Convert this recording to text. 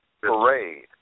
parade